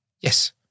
Yes